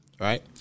right